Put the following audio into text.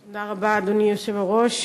תודה רבה, אדוני היושב-ראש.